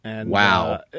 Wow